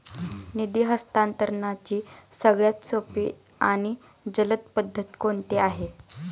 निधी हस्तांतरणाची सगळ्यात सोपी आणि जलद पद्धत कोणती आहे?